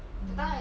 mm